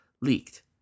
leaked